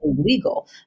illegal